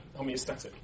homeostatic